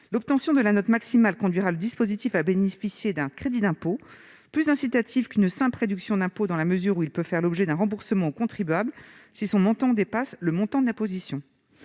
L'obtention de la note maximale conduirait le dispositif à bénéficier d'un crédit d'impôt, plus incitatif qu'une simple réduction d'impôt, dans la mesure où il peut faire l'objet d'un remboursement au contribuable si son montant dépasse le montant de l'imposition.